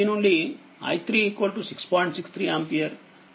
63ఆంపియర్ మరియు i42